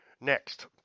Next